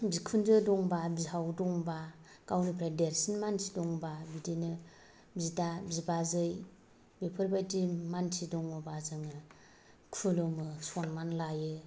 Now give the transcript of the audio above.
बिखुनजो दंबा बिहाव दंबा गावनिफ्राय देरसिन मानसि दंबा बिदिनो बिदा बिबाजौ बेफोरबायदि मानसि दंगबा जोङो खुलुमो सन्मान लायो